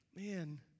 man